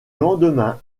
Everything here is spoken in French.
lendemain